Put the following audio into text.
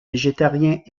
végétariens